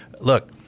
Look